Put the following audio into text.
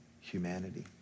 humanity